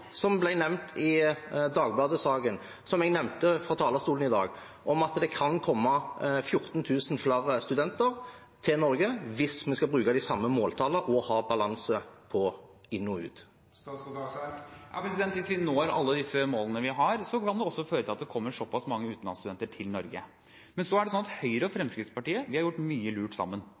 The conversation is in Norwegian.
som ble nevnt i Dagbladet-saken, og som jeg nevnte fra talerstolen i dag, om at det kan komme 14 000 flere studenter til Norge – hvis vi skal bruke de samme måltallene og ha balanse på inn og ut? Hvis vi når alle de målene vi har, kan det føre til at det kommer såpass mange utenlandsstudenter til Norge. Men så er det sånn at vi i Høyre og Fremskrittspartiet har gjort mye lurt sammen.